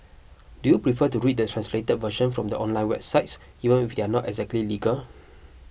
do you prefer to read the translated version from the online websites even if they are not exactly legal